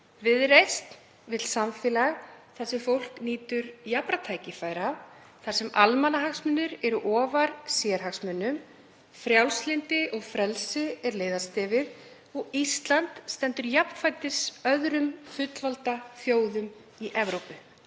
Viðreisn vill samfélag þar sem fólk nýtur jafnra tækifæra, þar sem almannahagsmunir eru ofar sérhagsmunum, frjálslyndi og frelsi eru leiðarstefið og Ísland stendur jafnfætis öðrum fullvalda þjóðum í Evrópu.